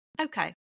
okay